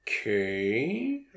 Okay